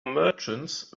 merchants